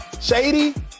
Shady